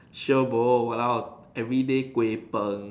sure bo !walao! everyday Kuay Png